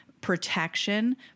protection